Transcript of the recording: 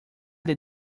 del